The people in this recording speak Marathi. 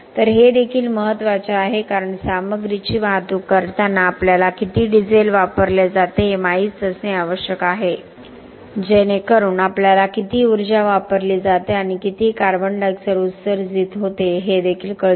तर हे देखील महत्त्वाचे आहे कारण सामग्रीची वाहतूक करताना आपल्याला किती डिझेल वापरले जाते हे माहित असणे आवश्यक आहे जेणेकरून आपल्याला किती ऊर्जा वापरली जाते आणि किती CO2 उत्सर्जित होते हे देखील कळते